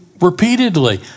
repeatedly